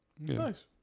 nice